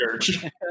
church